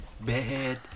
bad